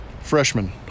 Freshman